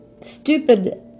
stupid